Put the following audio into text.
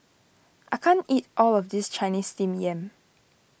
I can't eat all of this Chinese Steamed Yam